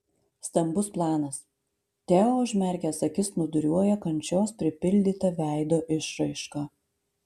stambus planas teo užmerkęs akis snūduriuoja kančios pripildyta veido išraiška